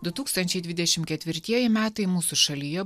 du tūkstančiai dvidešim ketvirtieji metai mūsų šalyje